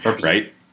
right